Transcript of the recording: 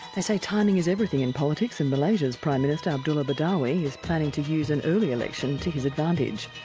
they say timing is everything in politics, and malaysia's prime minister, abdullah badawi is planning to use an early election to his advantage.